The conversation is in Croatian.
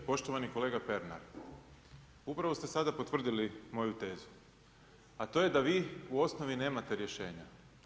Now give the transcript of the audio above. Poštovani kolega Pernar, upravo ste sada potvrdili moju tezu, a to je da vi u osnovi nemate rješenja.